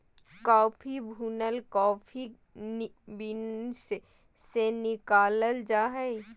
coffee भुनल coffee beans से निकालल जा हइ